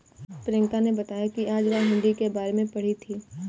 प्रियंका ने बताया कि आज वह हुंडी के बारे में पढ़ी थी